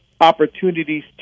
opportunities